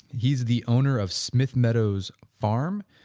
he is the owner of smith meadows farm,